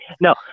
No